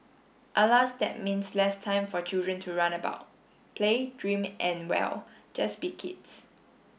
alas that means less time for children to run about play dream and well just be kids